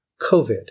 COVID